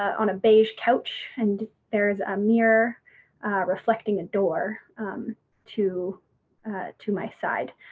on a beige couch, and there is a mirror reflecting a door to to my side.